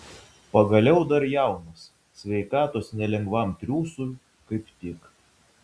pagaliau dar jaunas sveikatos nelengvam triūsui kaip tik